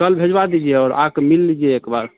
कल भेजवा दीजिए और आ कर मिल लीजिए एक बार